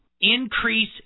increase